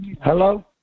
Hello